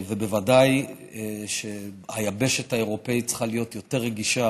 וודאי שהיבשת האירופית צריכה להיות רגישה